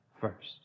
first